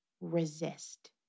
resist